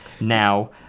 now